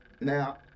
now